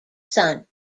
son